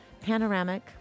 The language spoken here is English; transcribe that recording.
Panoramic